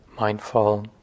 mindful